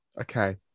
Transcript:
okay